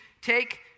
Take